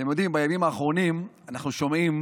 אתם יודעים, בימים האחרונים אנחנו שומעים